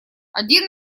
один